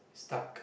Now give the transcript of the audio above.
stuck